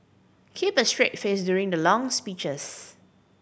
keep a straight face during the long speeches